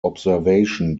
observation